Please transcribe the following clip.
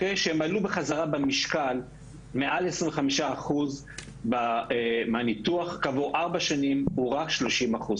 שעלו בחזרה במשקל מעל 25 אחוז כעבור ארבע שנים מהניתוח הוא רק 30 אחוז.